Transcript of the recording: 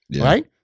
right